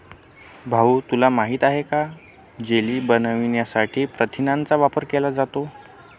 भाऊ तुला माहित आहे का जेली बनवण्यासाठी प्रथिनांचा वापर केला जातो